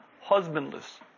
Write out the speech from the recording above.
husbandless